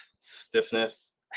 stiffness